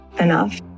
enough